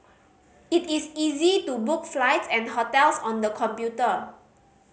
it is easy to book flights and hotels on the computer